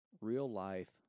real-life